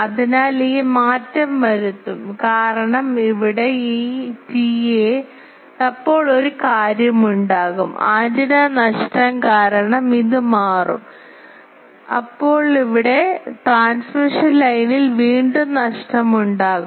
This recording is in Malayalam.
അതിനാൽ ഈ മാറ്റം വരുത്തും കാരണം ഇവിടെ ഈ TA അപ്പോൾ ഒരു കാര്യം ഉണ്ടാകും ആന്റിന നഷ്ടം കാരണം ഇത് മാറും ഇപ്പോൾ ഇവിടെ ട്രാൻസ്മിഷൻ ലൈനിൽ വീണ്ടും നഷ്ടമുണ്ടാകും